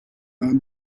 برم